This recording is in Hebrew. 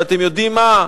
ואתם יודעים מה?